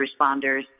responders